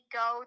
go